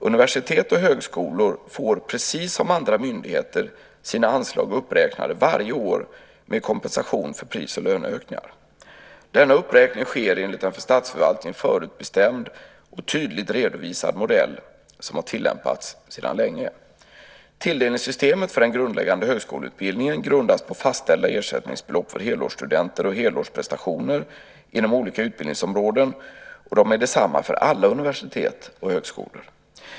Universitet och högskolor får precis som andra myndigheter sina anslag uppräknade varje år med kompensation för pris och löneökningar. Denna uppräkning sker enligt en för statsförvaltningen förutbestämd och tydligt redovisad modell som har tillämpats sedan länge. Tilldelningssystemet för den grundläggande högskoleutbildningen grundas på fastställda ersättningsbelopp för helårsstudenter och helårsprestationer inom olika utbildningsområden och är desamma för alla universitet och högskolor.